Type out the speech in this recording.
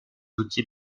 outils